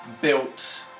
built